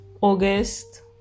August